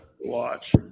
watch